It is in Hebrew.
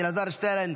אלעזר שטרן,